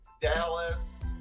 Dallas